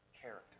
Character